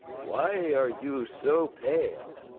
why are you so pale?